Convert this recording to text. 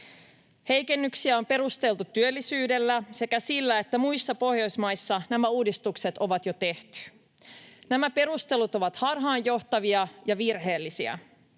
Heikennyksiä on perusteltu työllisyydellä sekä sillä, että muissa Pohjoismaissa nämä uudistukset on jo tehty. Nämä perustelut ovat harhaanjohtavia ja virheellisiä.